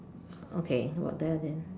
okay about there ah then